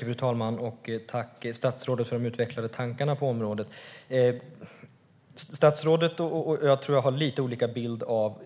Fru talman! Tack, statsrådet, för de utvecklade tankarna på området! Jag tror att statsrådet och jag har lite olika bild av